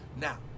Now